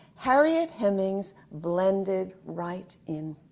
harriet hemings blended right in.